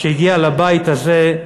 כשהיא הגיעה לבית הזה,